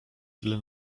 tyle